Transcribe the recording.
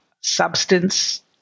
substance